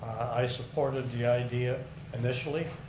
i supported the idea initially.